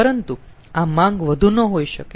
પરંતુ આ માંગ વધુ ન હોઈ શકે